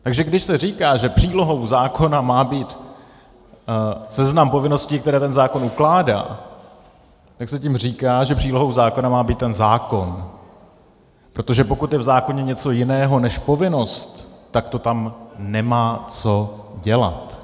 Takže když se říká, že přílohou zákona má být seznam povinností, které ten zákon ukládá, tak se tím říká, že přílohou zákona má být ten zákon, protože pokud je v zákoně něco jiného než povinnost, tak to tam nemá co dělat.